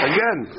Again